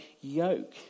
yoke